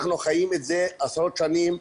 אנחנו חיים את זה עשרות שנים.